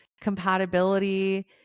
compatibility